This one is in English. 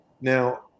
Now